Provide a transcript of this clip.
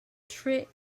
trick